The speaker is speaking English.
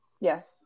Yes